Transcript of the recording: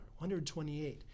128